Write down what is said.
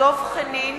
דב חנין